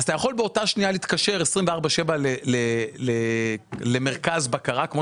אתה יכול באותה שנייה להתקשר 24/7 למרכז בקרה כמו